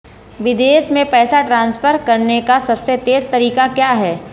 विदेश में पैसा ट्रांसफर करने का सबसे तेज़ तरीका क्या है?